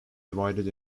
divided